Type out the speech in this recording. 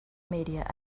media